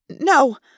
No